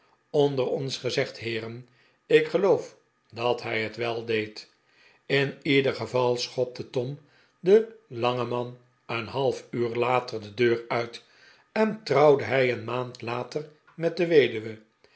onder ons gezegd heeren ik geloof dat hij het wel deed in ieder geval schopte tom den langen man een half uur later de deur uit en trouwde hij een maand later met de weduwe